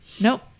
Nope